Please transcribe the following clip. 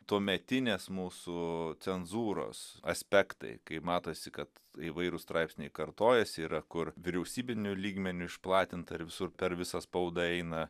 tuometinės mūsų cenzūros aspektai kai matosi kad įvairūs straipsniai kartojasi yra kur vyriausybiniu lygmeniu išplatinta ir visur per visą spaudą eina